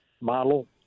model